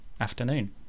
afternoon